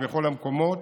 בכל המקומות,